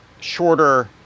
shorter